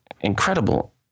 incredible